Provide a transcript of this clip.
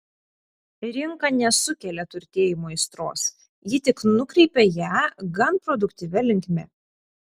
rinka nesukelia turtėjimo aistros ji tik nukreipia ją gan produktyvia linkme